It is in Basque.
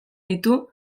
ditu